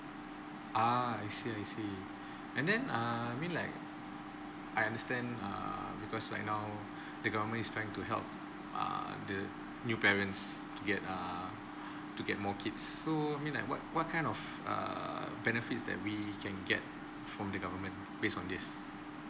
ah I see I see and then err mean like I understand err because right now the government is trying to help err the new parents to get err to get more kids so mean like what what kind of err benefits that we can get from the government based on this